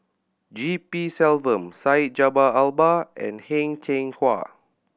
G P Selvam Syed Jaafar Albar and Heng Cheng Hwa